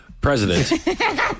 President